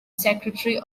secretary